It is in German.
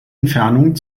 entfernung